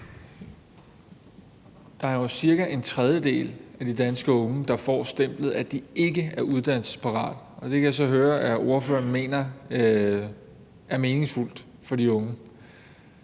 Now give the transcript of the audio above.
Der er jo cirka en tredjedel af de danske unge, der får stemplet, at de ikke er uddannelsesparate, og det kan jeg så høre at ordføreren mener er meningsfuldt for de unge.